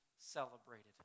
celebrated